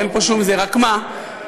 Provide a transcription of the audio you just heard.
רק מה,